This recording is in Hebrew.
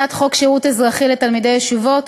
הצעת חוק שירות אזרחי לתלמידי ישיבות,